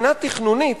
מבחינה תכנונית,